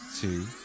two